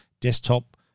desktop